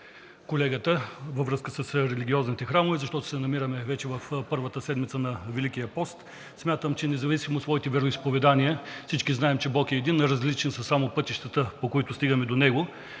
от колегата във връзка с религиозните храмове, защото се намираме вече в първата седмица на Великия пост. Смятам, че независимо от своите вероизповедания всички знаем, че Бог е един, а различни са само пътищата, по които стигаме до него.